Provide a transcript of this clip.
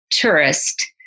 tourist